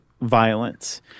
violence